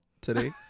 today